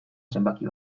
zenbaki